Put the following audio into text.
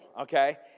okay